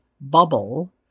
bubble